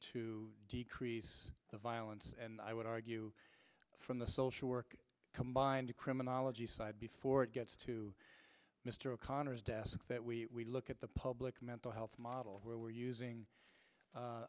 to decrease the violence and i would argue from the social work combined criminology side before it gets to mr o'connor's desk that we look at the public mental health model where we're using